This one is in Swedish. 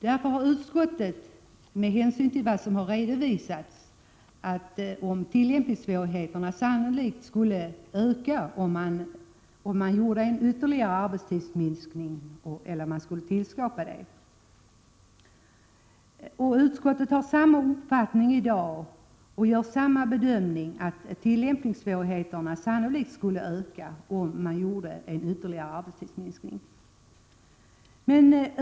Utskottet ansåg med hänsyn till vad som redovisats att tillämpningssvårigheterna sannolikt skulle öka om man gjorde en ytterligare arbetstidsminskning. Utskottet har samma uppfattning i dag och gör samma bedömning att tillämpningssvårigheterna sannolikt skulle öka om man genomför en ytterligare arbetstidsminskning.